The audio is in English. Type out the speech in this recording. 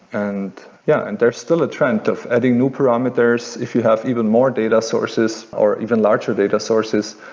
and yeah and there's still a trend of adding new parameters if you have even more data sources, or even larger data sources,